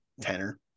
tenor